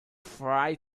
fry